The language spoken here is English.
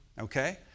Okay